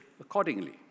Accordingly